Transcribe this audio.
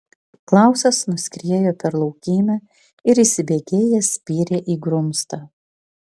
klausas nuskriejo per laukymę ir įsibėgėjęs spyrė į grumstą